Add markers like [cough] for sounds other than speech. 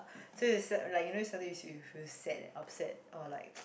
so you s~ like you know suddenly you say you feel sad and upset or like [noise]